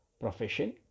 profession